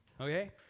Okay